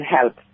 help